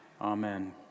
Amen